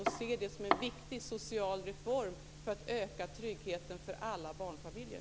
Vi ser det som en viktig social reform för att öka tryggheten för alla barnfamiljer.